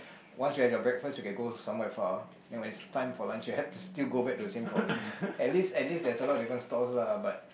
once you have your breakfast then you can go to somewhere far then when it is time for lunch you have to still go back to the same province at least at least there's a lot of different stalls lah but